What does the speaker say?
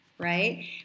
right